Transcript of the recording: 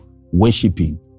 Worshiping